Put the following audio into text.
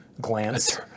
glance